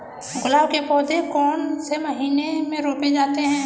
गुलाब के पौधे कौन से महीने में रोपे जाते हैं?